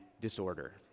disorder